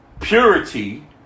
purity